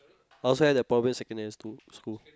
I also had that problem in secondary school school